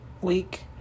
week